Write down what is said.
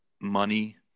money